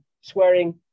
swearing